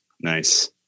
Nice